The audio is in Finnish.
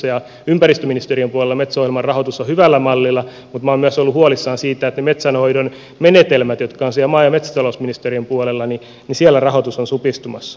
ympäristöministeriön puolella metso ohjelman rahoitus on hyvällä mallilla mutta minä olen myös ollut huolissani siitä että metsänhoidon menetelmissä jotka ovat siinä maa ja metsätalousministeriön puolella rahoitus on supistumassa